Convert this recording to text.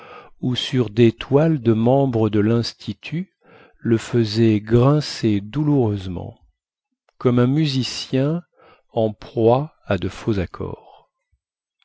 ou sur des toiles de membres de linstitut le faisaient grincer douloureusement comme un musicien en proie à de faux accords